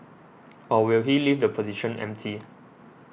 or will he leave the position empty